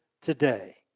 today